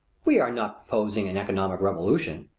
we are not proposing an economic revolution,